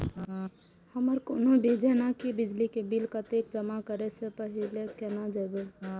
हमर कोनो भी जेना की बिजली के बिल कतैक जमा करे से पहीले केना जानबै?